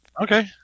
Okay